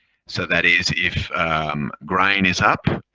so that is if grain is up,